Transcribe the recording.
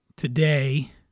Today